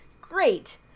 Great